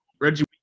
Reggie